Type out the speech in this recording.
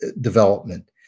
development